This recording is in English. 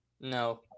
No